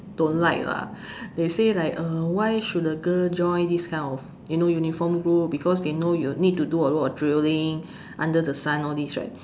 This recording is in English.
don't like lah they say like err why should a girl join this kind of you know uniform group because they know you need to do a lot of drilling under the sun all these right